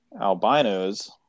albinos